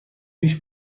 پیش